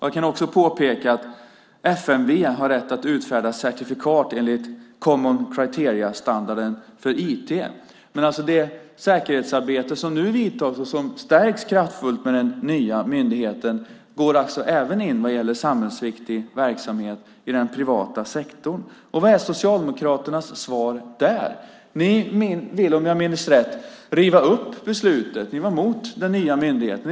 Jag kan även påpeka att FMV har rätt att utfärda certifikat enligt Common Criteria-standarden för IT. Det säkerhetsarbete som nu vidtas och som stärks kraftfullt med den nya myndigheten går alltså även in vad gäller samhällsviktig verksamhet i den privata sektorn. Vad är Socialdemokraternas svar på det? Om jag minns rätt vill de riva upp beslutet. De var emot den nya myndigheten.